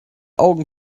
augen